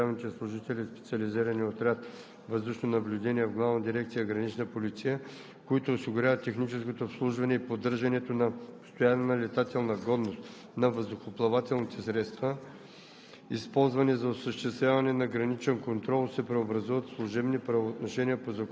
Считано от 1 ноември 2020 г. заварените служебни правоотношения на държавните служители в Специализирания отряд „Въздушно наблюдение“ в Главна дирекция „Гранична полиция“, които осигуряват техническото обслужване и поддържането на постоянна летателна годност на въздухоплавателните средства,